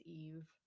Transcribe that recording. eve